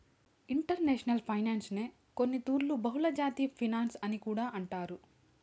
international ఫైనాన్సునే కొన్నితూర్లు బహుళజాతి ఫినన్సు అని కూడా అంటారు